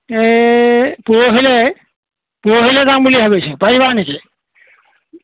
এই পৰহিলৈ পৰহিলৈ যাম বুলি ভাবিছোঁ পাৰিবা নেকি